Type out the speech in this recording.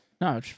No